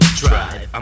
drive